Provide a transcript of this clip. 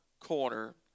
corner